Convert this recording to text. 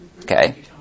Okay